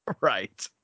Right